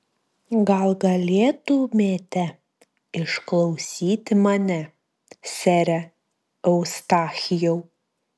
gal galėtumėte išklausyti mane sere eustachijau